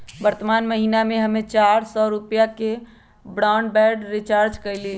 वर्तमान महीना में हम्मे चार सौ रुपया के ब्राडबैंड रीचार्ज कईली